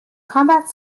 combat